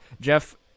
Jeff